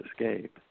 escape